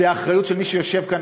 זו האחריות של מי שיושב כאן.